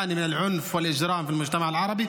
החוק הזה מגיע לאחר אירועי המלחמה.